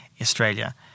Australia